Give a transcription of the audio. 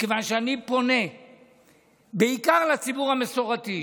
מכיוון שאני פונה בעיקר לציבור המסורתי,